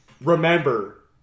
Remember